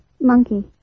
monkey